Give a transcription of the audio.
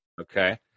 Okay